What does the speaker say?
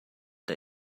der